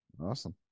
Awesome